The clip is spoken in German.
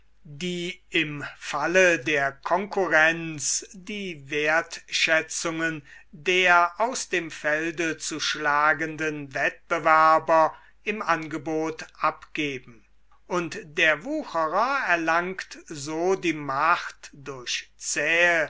die im falle der konkurrenz die wertschätzungen der aus dem felde zu schlagenden wettbewerber im angebot abgeben i und der wucherer erlangt so die macht